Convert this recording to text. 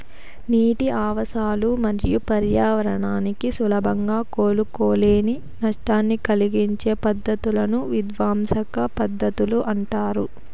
నీటి ఆవాసాలు మరియు పర్యావరణానికి సులభంగా కోలుకోలేని నష్టాన్ని కలిగించే పద్ధతులను విధ్వంసక పద్ధతులు అంటారు